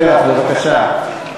פרח, בבקשה.